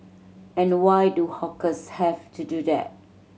and why do hawkers have to do that